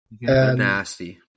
Nasty